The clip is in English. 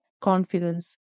confidence